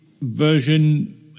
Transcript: version